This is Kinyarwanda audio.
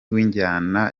w’injyana